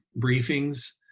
briefings